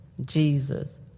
Jesus